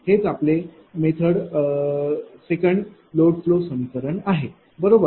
हेच आपले method 2 load flow समीकरण आहे बरोबर